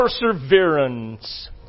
perseverance